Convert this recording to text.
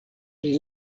pri